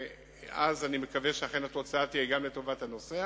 ואז אני מקווה שאכן התוצאה תהיה גם לטובת הנוסע